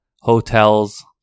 hotels